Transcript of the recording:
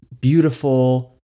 beautiful